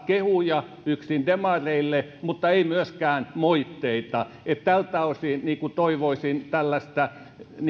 kehuja yksin demareille mutta ei myöskään moitteita tältä osin toivoisin